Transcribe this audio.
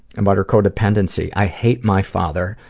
about her codependency, i hate my father,